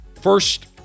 First